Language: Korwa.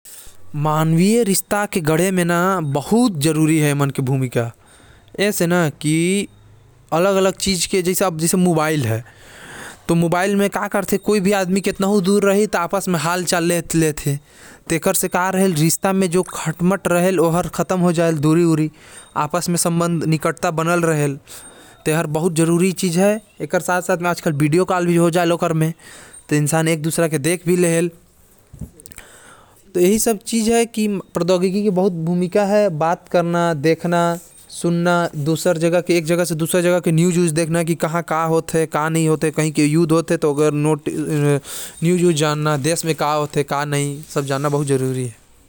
मानवीय रिश्ता के जोड़े म प्रौद्योगिकी के बहुत बड़ा हाथ होथे, जेकर सबसे बड़का उदाहरण मोबाइल हवे।